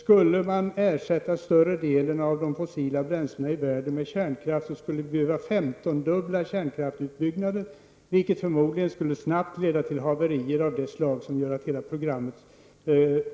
Skulle man ersätta större delen av de fossila bränslena i världen med kärnkraft, skulle kärnkraftsutbyggnaden behöva femtondubblas, vilket förmodligen snart skulle komma att leda till haverier av det slag som gör att hela programmet